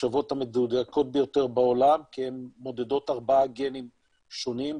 נחשבות המדויקות ביותר בעולם כי הן מודדות ארבעה גנים שונים,